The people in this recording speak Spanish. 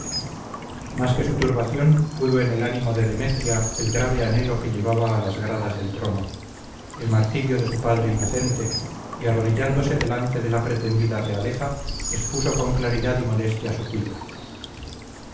más que su turbación pudo en el ánimo de demetria el grave anhelo que llevaba a las gradas del trono el martirio de su padre inocente y arrodillándose delante de la pretendida realeza expuso con claridad y modestia su cuita